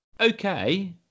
okay